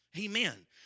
Amen